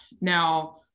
Now